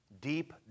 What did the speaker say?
Deep